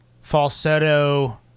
falsetto